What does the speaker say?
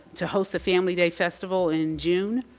to host a family day festival in june.